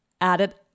added